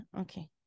okay